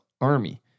Army